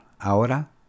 Ahora